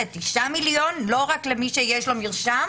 לתשעה מיליון ולא רק למי שיש לו מרשם,